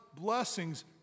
blessings